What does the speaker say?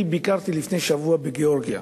אני ביקרתי לפני שבוע בגאורגיה